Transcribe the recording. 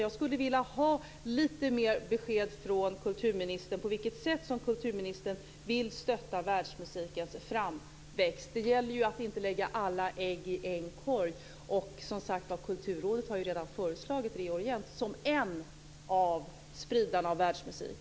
Jag skulle vilja ha lite mer besked från kulturministern om hur kulturministern vill stötta världsmusikens framväxt. Det gäller ju att inte lägga alla ägg i en korg. Kulturrådet har ju redan föreslagit Re:Orient som en av spridarna av världsmusik.